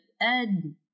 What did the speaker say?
Ed